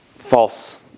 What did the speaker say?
False